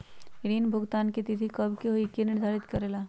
ऋण भुगतान की तिथि कव के होई इ के निर्धारित करेला?